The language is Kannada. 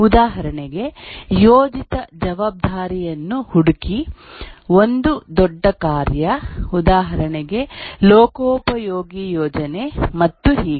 ಉದಾಹರಣೆಗೆ ಯೋಜಿತ ಜವಾಬ್ದಾರಿಯನ್ನು ಹುಡುಕಿ ಒಂದು ದೊಡ್ಡ ಕಾರ್ಯ ಉದಾಹರಣೆಗೆ ಲೋಕೋಪಯೋಗಿ ಯೋಜನೆ ಮತ್ತು ಹೀಗೆ